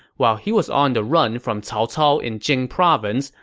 while he was on the run from cao cao in jing province,